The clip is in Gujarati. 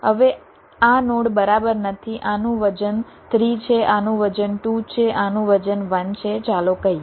હવે આ નોડ બરાબર નથી આનું વજન 3 છે આનું વજન 2 છે આનું વજન 1 છે ચાલો કહીએ